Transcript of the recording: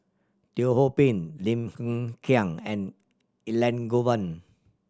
Teo Ho Pin Lim Hng Kiang and Elangovan